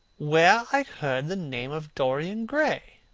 where i heard the name of dorian gray.